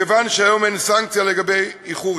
מכיוון שהיום אין סנקציה על איחורים,